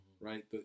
right